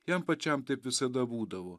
jam pačiam taip visada būdavo